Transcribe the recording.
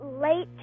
late